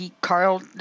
Carl